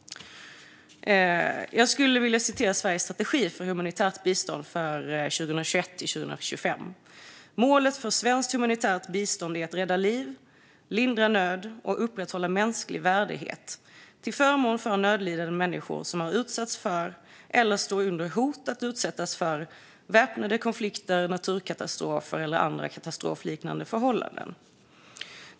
Jag skulle vilja citera Sveriges strategi för humanitärt bistånd för 2021-2025: "Målet för svenskt humanitärt bistånd är att rädda liv, lindra nöd och upprätthålla mänsklig värdighet, till förmån för nödlidande människor som har utsatts för, eller står under hot att utsättas för väpnade konflikter, naturkatastrofer eller andra katastrofliknande förhållanden."